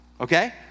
okay